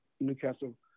Newcastle